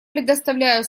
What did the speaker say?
предоставляю